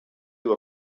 you